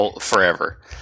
forever